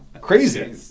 Crazy